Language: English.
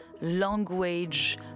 language